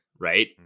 Right